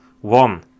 one